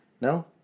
No